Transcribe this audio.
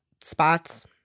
spots